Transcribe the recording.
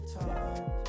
time